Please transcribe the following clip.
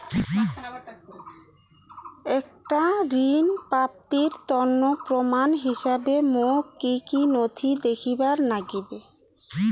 একটা ঋণ প্রাপ্তির তন্ন প্রমাণ হিসাবে মোক কী কী নথি দেখেবার নাগিবে?